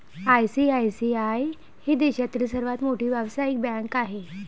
ICICI ही देशातील सर्वात मोठी व्यावसायिक बँक आहे